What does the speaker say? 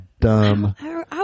dumb